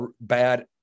bad